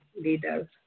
leaders